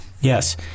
Yes